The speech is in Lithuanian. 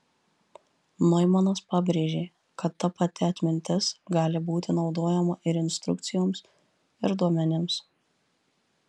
noimanas pabrėžė kad ta pati atmintis gali būti naudojama ir instrukcijoms ir duomenims